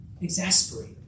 exasperate